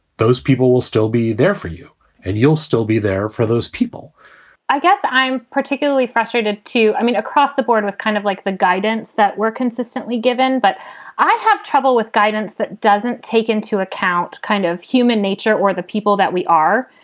those people will still be there for you and you'll still be there for those people i guess i'm particularly frustrated, too. i mean, across the board with kind of like the guidance that we're consistently given. but i have trouble with guidance that doesn't take into account kind of human nature or the people that we are.